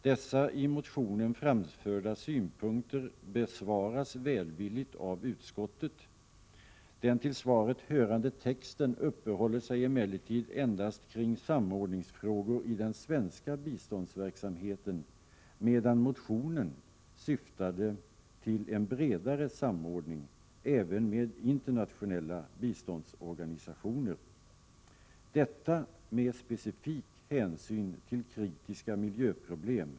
Dessa i motionen framförda synpunkter besvaras välvilligt av utskottet. Den till svaret hörande texten uppehåller sig emellertid endast kring samordningsfrågor i den svenska biståndsverksamheten, medan motionen syftade till en bredare samordning — även med internationella biståndsorganisationer — med specifik hänsyn till kritiska miljöproblem.